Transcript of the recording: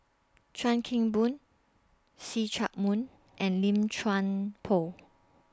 Chuan Keng Boon See Chak Mun and Lim Chuan Poh